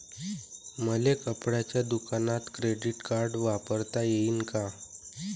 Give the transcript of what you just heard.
मले कपड्याच्या दुकानात क्रेडिट कार्ड वापरता येईन का?